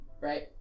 Right